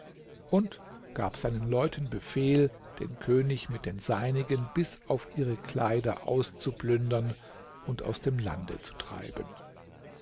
und gab seinen leuten befehl den könig mit den seinigen bis auf ihre kleider auszuplündern und aus dem lande zu treiben